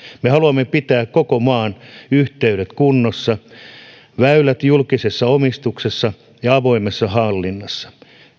me haluamme pitää koko maan yhteydet kunnossa ja väylät julkisessa omistuksessa ja avoimessa hallinnassa